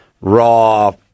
raw